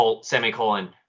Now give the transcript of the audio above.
semicolon